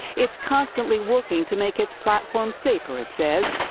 it's constantly working to make its platform safer, it says.